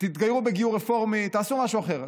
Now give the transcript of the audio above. תתגיירו בגיור רפורמי, תעשו משהו אחר.